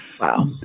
Wow